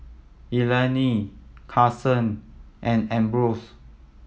Elayne Karson and Ambrose